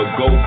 go